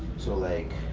so like,